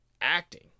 acting